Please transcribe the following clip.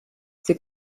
sie